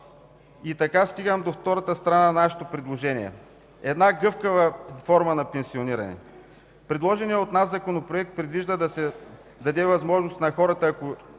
Така стигам до втората страна от нашето предложение – гъвкава форма на пенсиониране. Предложеният от нас законопроект предвижда да се даде възможност на хората, на които